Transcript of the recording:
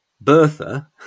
Bertha